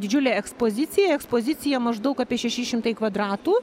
didžiulė ekspozicija ekspozicija maždaug apie šeši šimtai kvadratų